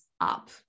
up